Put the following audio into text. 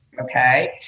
Okay